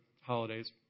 holidays